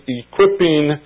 equipping